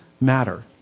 matter